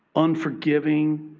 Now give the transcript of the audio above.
unforgiving,